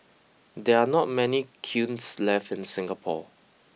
there are not many kilns left in Singapore